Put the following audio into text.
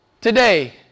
today